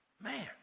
man